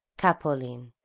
capolin,